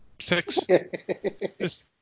Six